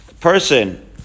person